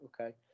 okay